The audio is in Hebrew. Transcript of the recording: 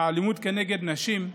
האלימות כנגד נשים,